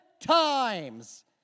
times